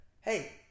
Hey